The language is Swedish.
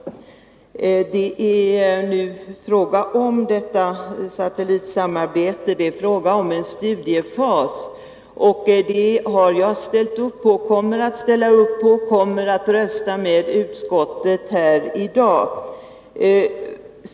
Det är nu fråga om ett satellitsamarbete och en studiefas. Det har jag ställt mig bakom, och jag kommer här i dag att rösta för utskottets förslag.